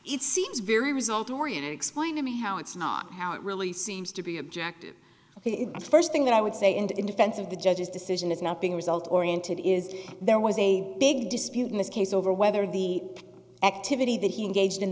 it seems very result oriented explain to me how it's not how it really seems to be objective the first thing that i would say and in defense of the judge's decision is not being result oriented is there was a big dispute in this case over whether the activity that he engaged in